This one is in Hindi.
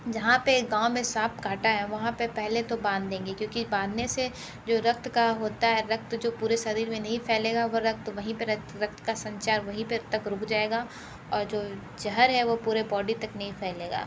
जहाँ पे गाँव में साँप काटा है वहाँ पे पहले तो बांध देंगे क्योंकि बांधने से जो रक्त का होता है रक्त जो पूरे शरीर में नहीं फैलेगा वो रक्त वहीं पे रक्त का संचार वहीं पे तक रुक जाएगा और जो ज़हर है वो पूरे बॉडी तक नहीं फैलेगा